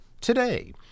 today